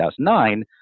2009